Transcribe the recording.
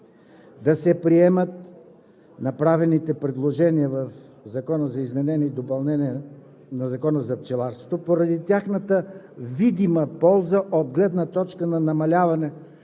да се приемат направените предложения в Закона за изменение и допълнение на Закона за пчеларството поради тяхната видима полза от гледна точка на намаляване